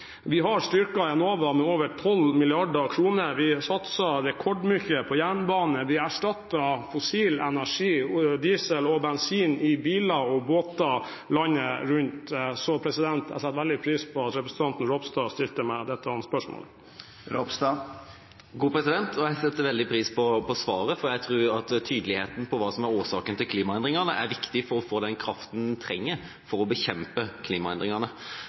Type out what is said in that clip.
Vi har styrket Enova med over 12 mrd. kr, vi satser rekordmye på jernbane, og vi erstatter fossil energi, diesel og bensin i biler og båter landet rundt. Jeg setter veldig pris på at representanten Ropstad stilte meg dette spørsmålet. Jeg setter veldig pris på svaret, for jeg tror at tydeligheten på hva som er årsaken til klimaendringene, er viktig for å få den kraften man trenger for å bekjempe